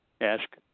ask